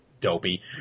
dopey